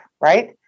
right